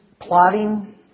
plotting